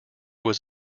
was